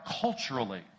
culturally